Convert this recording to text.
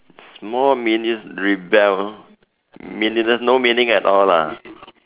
small meaningless rebel meaningless no meaning at all lah